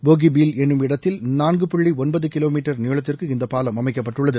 போஹிபீல் என்னும் இடத்தில் நான்கு புள்ளி ஒன்பது கிலோ மீட்டர் நீளத்திற்கு இந்த பாலம் அமைக்கப்பட்டுள்ளது